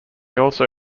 also